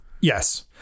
Yes